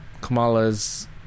Kamala's